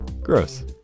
Gross